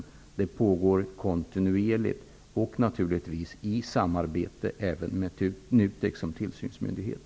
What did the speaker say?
Detta arbete pågår kontinuerligt, naturligtvis även med NUTEK som tillsynsmyndighet.